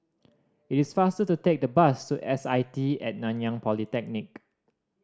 it is faster to take the bus to S I T At Nanyang Polytechnic